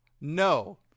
No